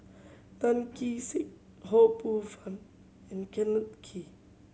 Tan Kee Sek Ho Poh Fun and Kenneth Kee